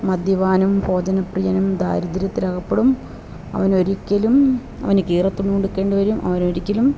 മദ്യപാനം ഭോജന പ്രിയനും ദാരിദ്ര്യത്തിലകപ്പെടും അവനൊരിക്കലും അവനു കീറത്തുണി ഉടുക്കേണ്ടി വരും അവൻ ഒരിക്കലും